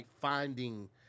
finding